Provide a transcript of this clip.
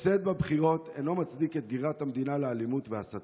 הפסד בבחירות אינו מצדיק את גרירת המדינה לאלימות ולהסתה.